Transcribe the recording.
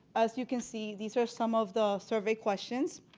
as you can see, these are some of the survey questions.